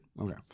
Okay